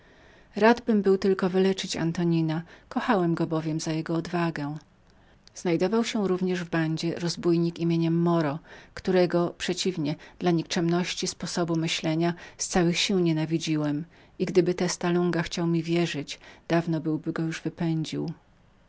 radbym był tylko wyleczyć antonina kochałem go bowiem dla jego odwagi nawzajem znajdował się w bandzie drugi rozbójnik nazwiskiem moro którego dla nikczemności sposobu myślenia z całych sił nienawidziłem i gdyby testa lunga chciał był mi wierzyć oddawna byłby go już wypędził